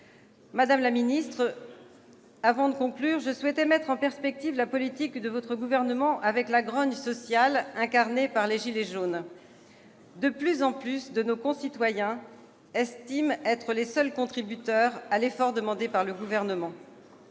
Madame la ministre, avant de conclure, je souhaitais mettre en perspective la politique de votre gouvernement avec la grogne sociale incarnée par les « gilets jaunes ». De plus en plus de nos concitoyens estiment être les seuls contributeurs à l'effort demandé par le Gouvernement.